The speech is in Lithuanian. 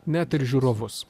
net ir žiūrovus